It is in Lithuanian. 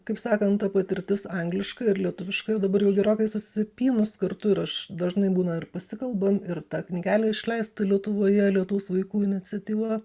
kaip sakant ta patirtis angliška ir lietuviška jau dabar jau gerokai susipynus kartu ir aš dažnai būna ir pasikalbam ir ta knygelė išleista lietuvoje lietaus vaikų iniciatyva